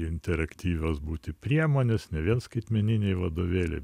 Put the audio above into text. interaktyvios būti priemonės ne vien skaitmeniniai vadovėliai